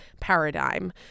paradigm